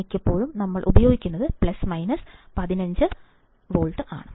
മിക്കപ്പോഴും ഞങ്ങൾ ഉപയോഗിക്കുന്നത് പ്ലസ് മൈനസ് 15 വോൾട്ട് ആണ്